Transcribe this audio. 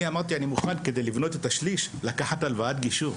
אמרתי שאני מוכן כדי לבנות את השליש לקחת הלוואת גישור.